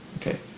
Okay